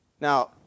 Now